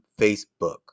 Facebook